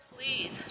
Please